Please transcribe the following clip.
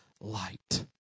light